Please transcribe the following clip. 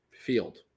field